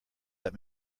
let